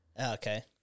Okay